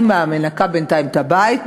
אימא מנקה בינתיים את הבית,